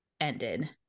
ended